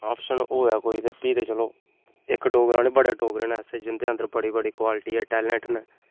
option होऐ कोई ते फ्ही चलो इक डोगरा नी बड़े डोगरे न ऐसे जिंदे अंदर बड़ी बड़ी क्वालटी ऐ टैलेंट न